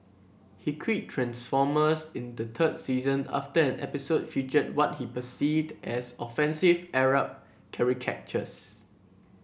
he quit transformers in the third season after an episode featured what he perceived as offensive Arab caricatures